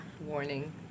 Warning